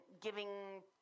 giving